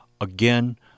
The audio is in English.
Again